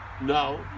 No